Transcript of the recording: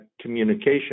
communication